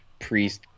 Priest